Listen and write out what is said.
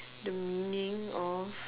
the meaning of